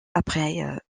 après